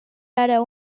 ara